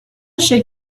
should